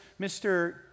Mr